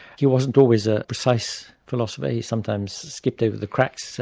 he wasn't always a precise philosopher, he sometimes skipped over the cracks,